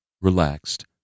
relaxed